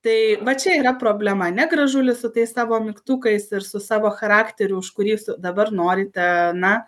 tai va čia yra problema ne gražulis su tais savo mygtukais ir su savo charakteriu už kurį jūs dabar norite na